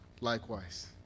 likewise